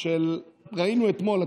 שראינו אתמול,